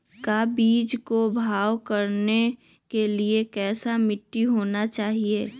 का बीज को भाव करने के लिए कैसा मिट्टी होना चाहिए?